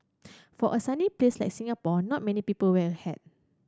for a sunny place like Singapore not many people wear a hat